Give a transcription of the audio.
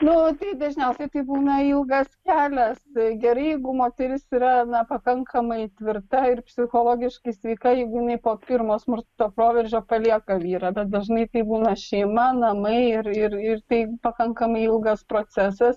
nu tai dažniausiai tai būna ilgas kelias gerai jeigu moteris yra na pakankamai tvirta ir psichologiškai sveika jeigu jinai po pirmo smurto proveržio palieka vyrą bet dažnai tai būna šeima namai ir ir ir tai pakankamai ilgas procesas